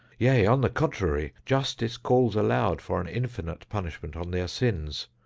yea, on the contrary, justice calls aloud for an infinite punishment on their sins.